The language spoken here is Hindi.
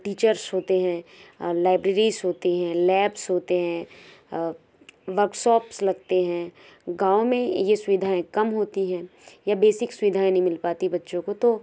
टीचर्स होते हैं लाइब्रेरीज़ होती हैं लैब्स होते हैं वर्कशॉप्स लगते हैं गाँव में ये सुविधाएं कम होती हैं यहाँ बेसिक सुविधाएं नहीं मिल पाती बच्चों को तो